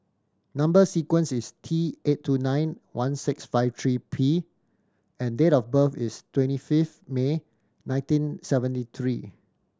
number sequence is T eight two nine one six five three P and date of birth is twenty fifth May nineteen seventy three